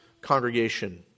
congregation